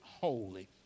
holy